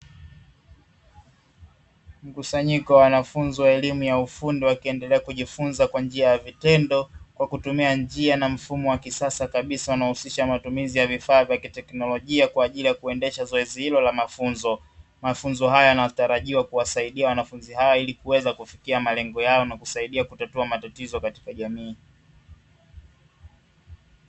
Mkusanyiko wa wanafunzi wa elimu ya ufundi, wakiendelea kujifunza kwa njia ya vitendo kwa kutumia njia na mfumo wa kisasa kabisa unaohusisha matumizi ya vifaa vya kiteknolojia kwa ajili ya kuendesha zoezi hilo la mafunzo. Mafunzo haya yanatarajia kuwasaidia wanafunzi hawa ili kuweza kufikia malengo yao na kusaidia kutatua matatizo katika jamii.